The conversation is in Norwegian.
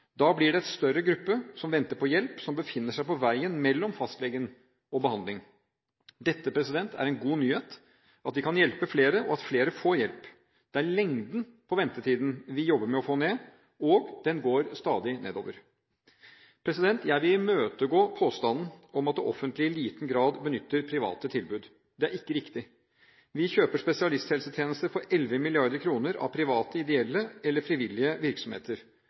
Da blir det en større gruppe som venter på hjelp – som befinner seg på veien mellom fastlegen og behandling. Dette er en god nyhet – at vi kan hjelpe flere, og at flere får hjelp. Det er lengden på ventetiden vi jobber med å få ned – og den går stadig nedover. Jeg vil imøtegå påstanden om at det offentlige i liten grad benytter private tilbud. Det er ikke riktig. Vi kjøper spesialisthelsetjenester for 11 mrd. kr av private, ideelle eller frivillige virksomheter.